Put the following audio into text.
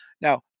Now